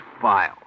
file